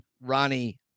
Ronnie